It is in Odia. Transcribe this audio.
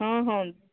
ହଁ ହଁ